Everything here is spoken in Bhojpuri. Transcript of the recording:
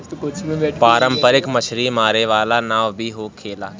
पारंपरिक मछरी मारे वाला नाव भी होखेला